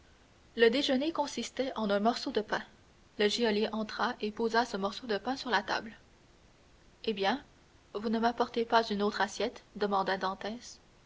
le déjeuner consistait en un morceau de pain le geôlier entra et posa ce morceau de pain sur la table eh bien vous ne m'apportez pas une autre assiette demanda